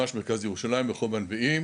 ממש מרכז ירושלים ברחוב הנביאים.